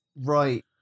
Right